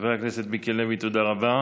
חבר הכנסת מיקי לוי, תודה רבה.